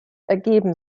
ergeben